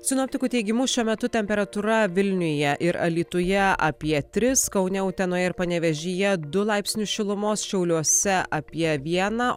sinoptikų teigimu šiuo metu temperatūra vilniuje ir alytuje apie tris kaune utenoje ir panevėžyje du laipsnius šilumos šiauliuose apie vieną